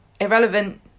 irrelevant